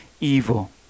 evil